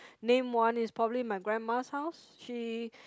name one is probably my grandma's house she